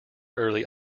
early